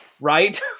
Right